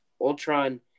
Ultron